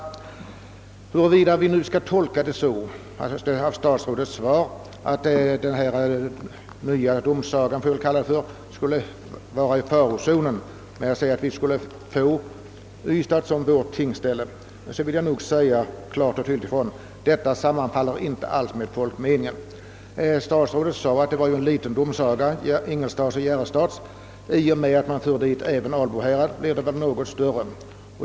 Om statsrådets svar nu kan tolkas så att den nya domsagan befinner sig i farozonen och att vi skulle få Ystad som vårt tingsställe, vill jag säga att en sådan lösning inte alls sammanfaller med folkmeningen. Statsrådet sade att Ingelstads och Järrestads domsaga är liten. Men i och med att man tillför även Albo härad till denna domsaga, blir den väl något större.